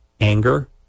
anger